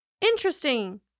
Interesting